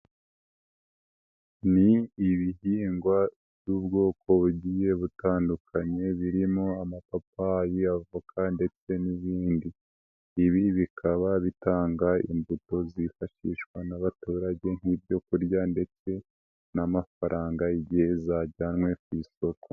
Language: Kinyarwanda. Ni ibihingwa by'ubwoko bugiye butandukanye birimo amapapayi, avoka ndetse n'ibindi, ibi bikaba bitanga imbuto zifashishwa n'abaturage nk'ibyo kurya ndetse n'amafaranga igihe zajyanywe ku isoko.